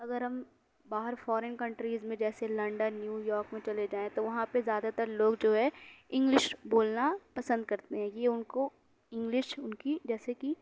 اگر ہم باہر فارین کنٹریز میں جیسے لنڈن نیو یارک میں چلے جائیں تو وہاں پہ زیادہ تر لوگ جو ہے انگلش بولنا پسند کرتے ہیں یہ ان کو انگلش ان کی جیسے کہ